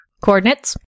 Coordinates